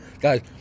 Guys